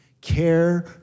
Care